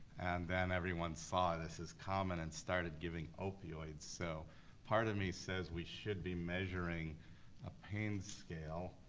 and then everyone saw this is common and started giving opioids. so part of me says we should be measuring a pain scale,